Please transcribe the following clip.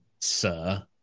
sir